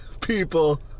people